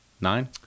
Nine